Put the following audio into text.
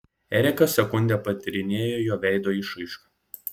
erika sekundę patyrinėjo jo veido išraišką